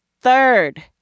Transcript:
third